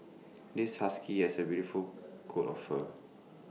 this husky has A beautiful coat of fur